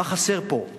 מה חסר פה?